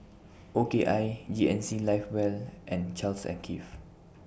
O K I G N C Live Well and Charles and Keith